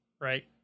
right